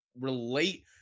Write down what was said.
relate